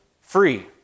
free